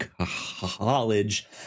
college